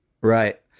Right